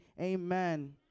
amen